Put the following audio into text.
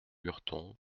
lurton